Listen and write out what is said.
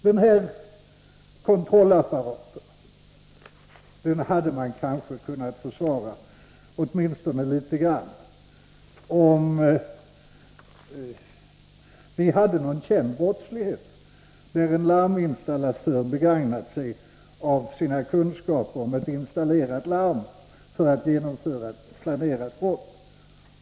Den här kontrollapparaten hade kanske kunnat försvaras, åtminstone litet grand, om det fanns någon känd brottslighet där någon larminstallatör begagnat sig av sina kunskaper om ett installerat larm för att genomföra ett planerat brott.